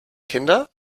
kinder